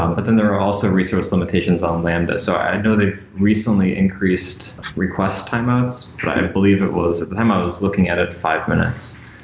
um but then there are also resource limitations on lambda. so i know they've recently increased request time outs. i and believe it was at the time i was looking at it five minutes.